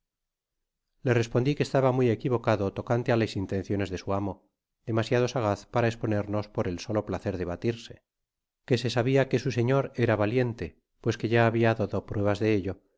le respondí que estaba muy equivocado tocante á las intenciones de su amo demasiado sagaz para esponernos por el solo placer de batirse que se sabia que su señor era valiente pues que ya habia dado pruebas de ello